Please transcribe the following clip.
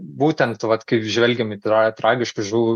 būtent vat kaip žvelgiam į tra tragiški žuvų